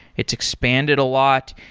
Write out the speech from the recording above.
it's expanded a lot,